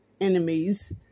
enemies